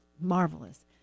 marvelous